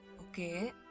okay